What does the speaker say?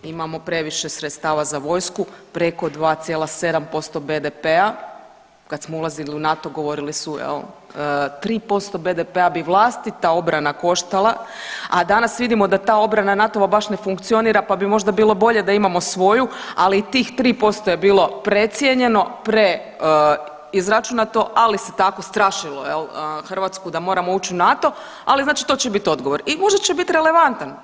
Imamo previše sredstava za vojsku preko 2,7% BDP-a, kad smo ulazili u NATO govorili su jel 3% BDP-a bi vlastita obrana koštala, a danas vidimo da ta obrana NATO-va baš ne funkcionira pa bi možda bilo bolje da imamo svoju, ali i tih 3% je bilo precijenjeno, preizračunato ali se tako strašilo jel Hrvatsku da moramo ući u NATO, ali znači to će biti odgovor i možda će biti relevantan.